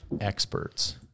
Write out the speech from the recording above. experts